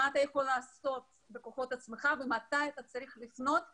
מה הוא יכול לעשות בכוחות עצמו ומתי הוא צריך לפנות ולאן.